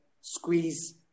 squeeze